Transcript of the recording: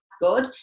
good